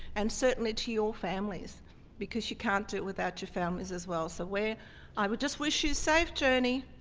and certainly to your families because you can't do it without your families, as well. so where i would just wish you safe journey.